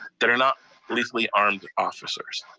that are not lethally armed officers?